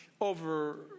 over